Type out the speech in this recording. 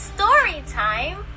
Storytime